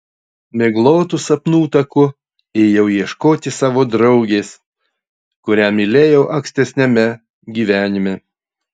miglotu sapnų taku ėjau ieškoti savo draugės kurią mylėjau ankstesniame gyvenime